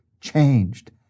changed